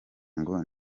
ngo